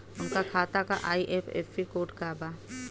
उनका खाता का आई.एफ.एस.सी कोड का बा?